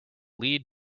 lead